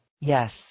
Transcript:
Yes